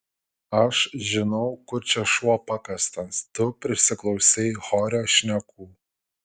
aš žinau kur čia šuo pakastas tu prisiklausei horio šnekų